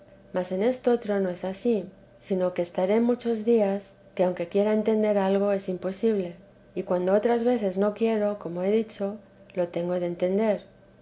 mas en estotro no es ansí sino que estaré muchos días que aunque quiera entender algo es imposible y cuando otras veces no quiero como he dicho lo tengo de entender